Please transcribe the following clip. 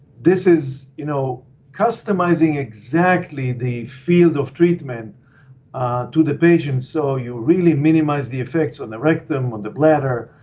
this is you know customizing exactly the field of treatment to the patient. and so you really minimize the effects on the rectum, on the bladder,